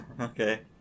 okay